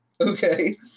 Okay